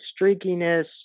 streakiness